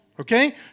okay